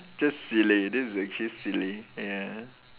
just silly this is actually silly ya